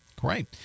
great